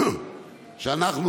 ואנחנו,